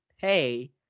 pay